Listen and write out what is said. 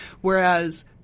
whereas